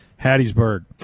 Hattiesburg